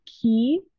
key